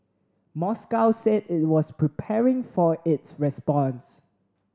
Moscow said it was preparing for its response